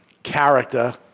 Character